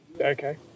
Okay